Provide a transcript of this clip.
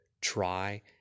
try